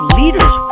leaders